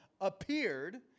appeared